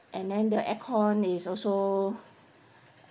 and then the aircon is also